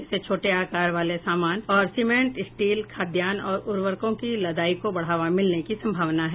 इससे छोटे आकार वाले सामान और सीमेंट स्टील खाद्यान्न तथा उर्वरकों की लदाई को बढ़ावा मिलने की संभावना है